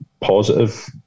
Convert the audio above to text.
positive